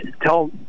tell